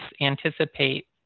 anticipate